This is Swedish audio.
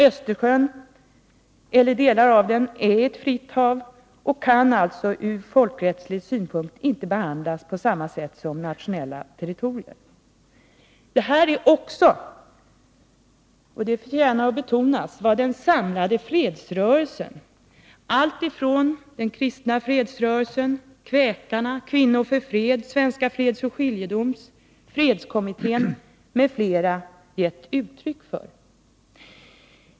Östersjön eller delar av den är fritt hav och kan från folkrättslig synpunkt inte behandlas på samma sätt som nationella territorier. Detta är också, det vill jag betona, vad den samlade fredsrörelsen alltifrån den kristna fredsrörelsen, kväkarna, kvinnor för fred, svenska fredsoch skiljedomstolen, fredskommittén m.fl. gett uttryck för.